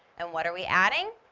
and what are we adding?